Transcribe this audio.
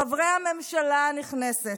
חברי הממשלה הנכנסת,